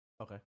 okay